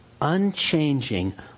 unchanging